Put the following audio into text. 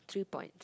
three points